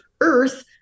Earth